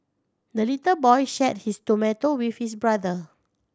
the little boy shared his tomato with his brother